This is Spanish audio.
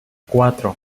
cuatro